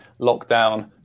lockdown